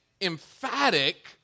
emphatic